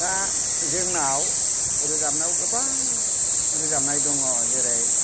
दा जोंनाव रोजाबनायाव गोबां रोजाबनाय दङ जेरै